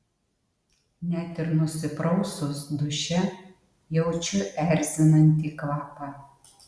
net ir nusiprausus duše jaučiu erzinantį kvapą